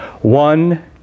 one